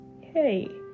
hey